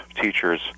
teachers